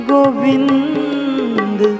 Govind